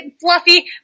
fluffy